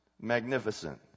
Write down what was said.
Magnificent